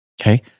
okay